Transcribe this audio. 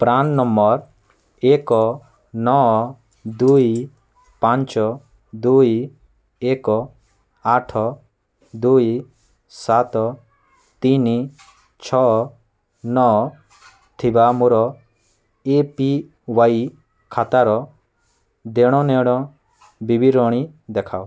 PRAN number ଏକ ନଅ ଦୁଇ ପାଞ୍ଚ ଦୁଇ ଏକ ଆଠ ଦୁଇ ସାତ ତିନି ଛଅ ନଅ ଥିବା ମୋର ଏ ପି ୱାଇ ଖାତାର ଦେଣନେଣ ବିବିରଣୀ ଦେଖାଅ